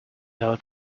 out